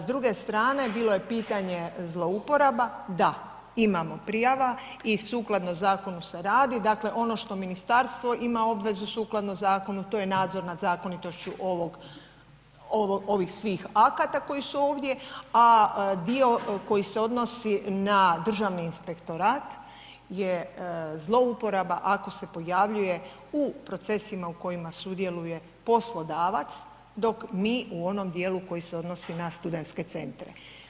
S druge strane bilo je pitanje zlouporaba, da imamo prijava i sukladno zakonu se radi, dakle ono što ministarstvo ima obvezu sukladno zakonu to je nadzor nad zakonitošću ovog, ovih svih akata koji su ovdje, a dio koji se odnosi na Državni inspektorat je zlouporaba ako se pojavljuje u procesima u kojima sudjeluje poslodavac, dok mi u onom dijelu koji se odnosi na studentske centra.